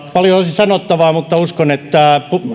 sanottavaa mutta uskon että